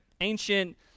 ancient